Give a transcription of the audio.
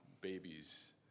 babies